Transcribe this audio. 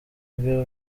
bwe